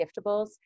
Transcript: giftables